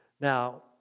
Now